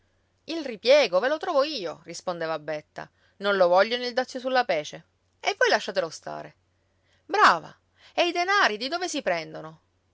il ripiego ve lo trovo io rispondeva betta non lo vogliono il dazio sulla pece e voi lasciatelo stare brava e i denari di dove si prendono